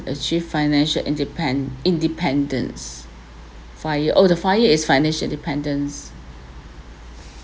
achieve financial independ~ independence FIRE oh the FIRE is financial independence